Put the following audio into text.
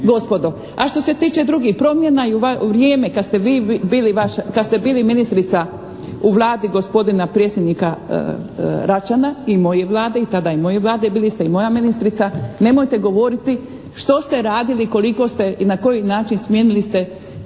a što se tiče drugih promjena u vrijeme kad ste vi bili ministrica u Vladi gospodina predsjednika Račana i mojoj Vladi, tada i mojoj Vladi, bili ste i moja ministrica nemojte govoriti što ste radili i koliko ste i na koji način, smijenili ste